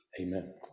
Amen